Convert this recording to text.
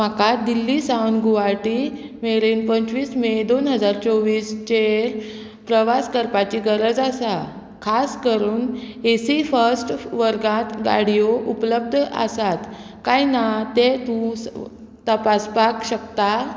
म्हाका दिल्ली सावन गुवाहाटी मेरेन पंचवीस मे दोन हजार चोवीसचेर प्रवास करपाची गरज आसा खास करून ए सी फर्स्ट वर्गांत गाडयो उपलब्ध आसात काय ना ते तूं तपासपाक शकता